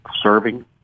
serving